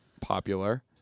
Popular